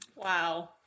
Wow